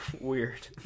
Weird